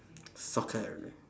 soccer